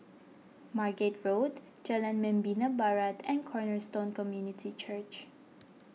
Margate Road Jalan Membina Barat and Cornerstone Community Church